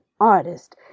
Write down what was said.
artist